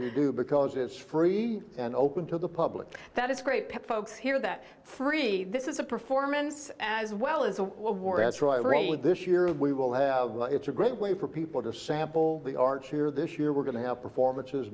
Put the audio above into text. you do because it's free and open to the public that it's great to folks here that free this is a performance as well as this year and we will have it's a great way for people to sample the arts here this year we're going to have performances